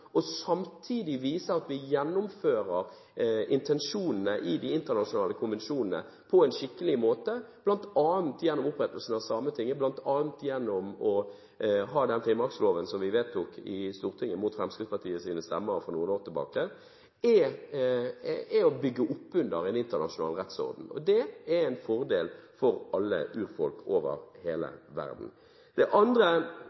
og samtidig viser at vi gjennomfører intensjonene i de internasjonale konvensjonene på en skikkelig måte bl.a. gjennom opprettelsen av Sametinget, vedtaket av finnmarksloven i Stortinget – mot Fremskrittspartiets stemmer for noen år siden – er det å bygge opp under en internasjonal rettsorden. Det er en fordel for alle urfolk over